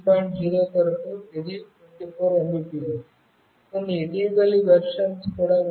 0 కొరకు ఇది 24 Mbps కొన్ని ఇటీవలి వెర్షన్ కూడా ఉన్నాయి